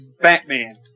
Batman